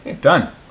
Done